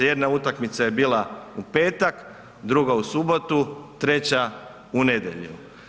Jedna utakmica je bila u petak, druga u subotu, treća u nedjelju.